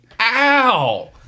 Ow